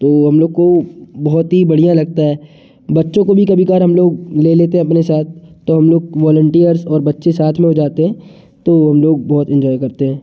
तो हम लोग को बहुत ही बढ़िया लगता है बच्चों को भी कभी कबार हम लोग ले लेते हैं अपने साथ तो हम लोग वोलेंटीयर्स और बच्चें साथ में हो जाते हैं तो हम लोग बहुत इंजॉय करते हैं